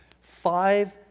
Five